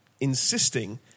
insisting